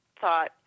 thought